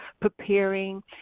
preparing